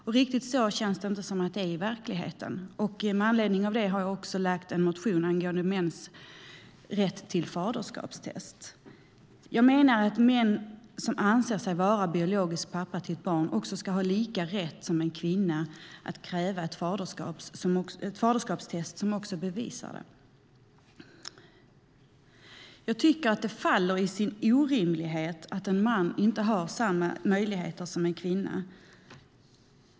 Det känns inte som om det är riktigt så i verkligheten. Med anledning av det har jag också väckt en motion angående mäns rätt till faderskapstest. Jag menar att en man som anser sig vara biologisk pappa till ett barn ska ha samma rätt som en kvinna att kräva ett faderskapstest som också bevisar det. Det faller på sin orimlighet att en man inte har samma möjligheter som en kvinna.